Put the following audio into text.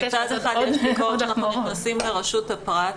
מצד אחד יש ביקורת שאנחנו נכנסים לרשות הפרט,